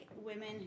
women